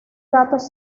datos